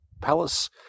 palace